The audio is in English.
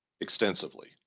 extensively